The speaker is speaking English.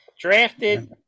drafted